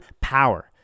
power